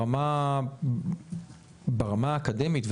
ברמה האקדמית,